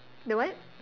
the what